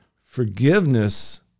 Forgiveness